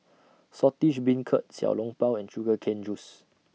Saltish Beancurd Xiao Long Bao and Sugar Cane Juice